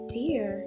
dear